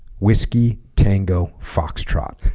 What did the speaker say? whiskey tango foxtrot